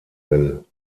will